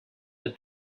the